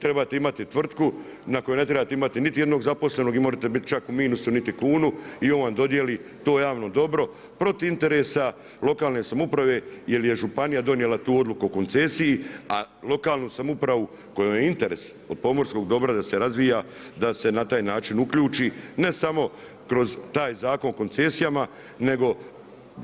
Trebate imati tvrtku na koju ne trebate imati niti jednog zaposlenog, i možete biti čak u minusu niti kunu, i on vam dodijeli to javno dobro, protiv interesa lokalne samouprave jer je županija donijela tu odluku o koncesiji, a lokalnu samoupravu kojoj je interes od pomorskog dobra da se razvija, da se na taj način uključi, ne samo kroz taj Zakon o koncesijama, nego